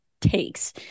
takes